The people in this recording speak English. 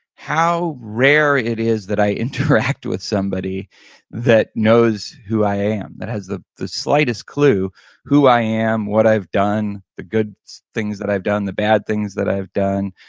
how rare it is that i interact with somebody that knows who i am. that has the the slightest clue who i am, what i've done, the good things that i've done, the bad things that i've done.